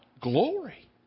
Glory